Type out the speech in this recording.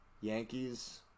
Yankees